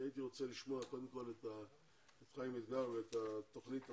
הייתי רוצה לשמוע קודם כל את חיים אתגר ואת התוכנית עצמה.